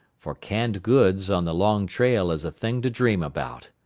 for canned goods on the long trail is a thing to dream about.